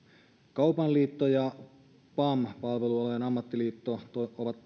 kaupan liitto ja pam palvelualojen ammattiliitto ovat